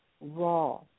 raw